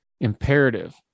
imperative